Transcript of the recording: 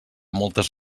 moltes